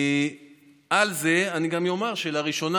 על זה גם אומר שלראשונה,